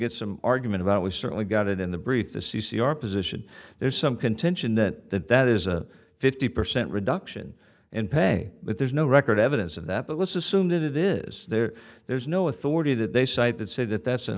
get some argument about we certainly got it in the brief the c c r position there's some contention that that is a fifty percent reduction in pay but there's no record evidence of that but let's assume that it is there there's no authority that they cite that say that that's an